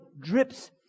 drips